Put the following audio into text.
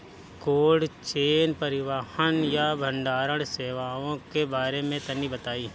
Cold chain परिवहन या भंडारण सेवाओं के बारे में तनी बताई?